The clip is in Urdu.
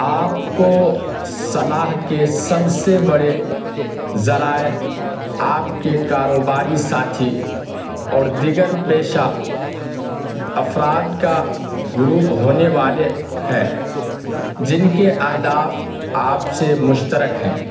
آپ کو صلاح کے سب سے بڑے ذرائع آپ کے کاروباری ساتھی اور دیگر پیشہ افراد کا گروپ ہونے والے ہے جن کے اہداف آپ سے مشترک ہیں